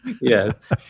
Yes